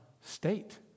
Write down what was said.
state